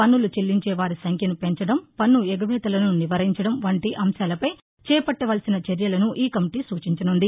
పన్నులు చెల్లించే వారి సంఖ్యను పెంచడం పన్ను ఎగవేతలను నివారించడం వంటి అంశాలపై చేపట్టవలసిన చర్యలను ఈ కమిటీ సూచించనున్నది